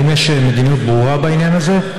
האם יש מדיניות ברורה בעניין הזה?